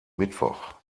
mittwoch